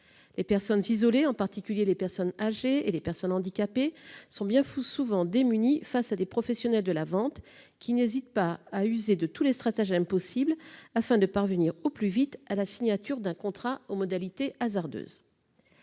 Les personnes isolées, en particulier les personnes âgées et les personnes handicapées, sont bien souvent démunies face à des professionnels de la vente qui n'hésitent pas user de tous les stratagèmes possibles afin de parvenir au plus vite à la signature d'un contrat aux modalités hasardeuses.